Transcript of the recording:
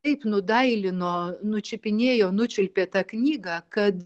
taip nudailino nučiupinėjo nučiulpė tą knygą kad